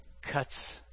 cuts